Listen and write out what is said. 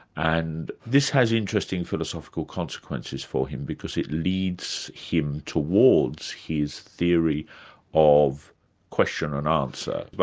and this has interesting philosophical consequences for him, because it leads him towards his theory of question and answer. but